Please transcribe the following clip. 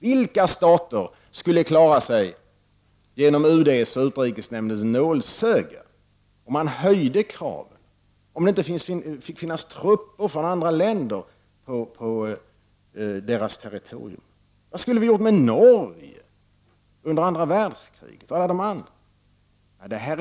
Vilka stater skulle klara sig genom UD:s och utrikesnämndens nålsöga om man höjde kravet, om det inte fick finnas trupper från andra länder på deras territorium? Vad skulle vi ha gjort med Norge under andra världskriget, och alla de andra länderna?